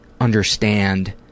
understand